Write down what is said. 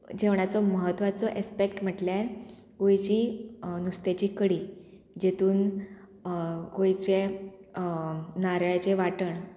जेवणाचो म्हत्वाचो एस्पेक्ट म्हटल्यार गोंयची नुस्त्याची कडी जेतून गोंयचे नारयळाचें वांटण